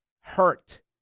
hurt